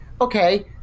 Okay